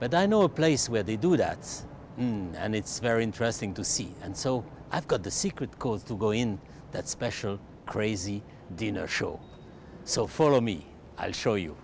but i know a place where they do that and it's very interesting to see and so i've got the secret codes to go in that special crazy dinner show so follow me i'll show you